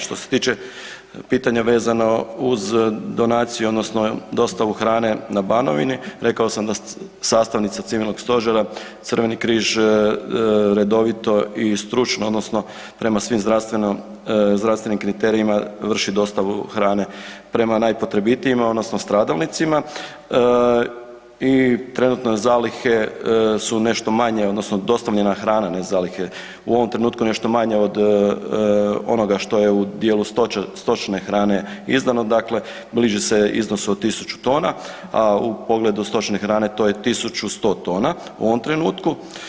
Što se tiče pitanja vezano uz donaciju odnosno dostavu hrane na Banovini rekao sam da sastavna civilnog stožera, Crveni križ redovito i stručno odnosno prema svim zdravstvenim kriterijima vrši dostavu hrane prema najpotrebitijima odnosno stradalnicima i trenutno zalihe su nešto manje odnosno dostavljena hrane ne zalihe, u ovom trenutku nešto manja od onoga što je u dijelu stočne hrane izdano, dakle bliži se iznosu od 1000 tona, a u pogledu stočne hrane to je 1100 tona u ovom trenutku.